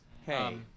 Hey